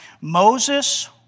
Moses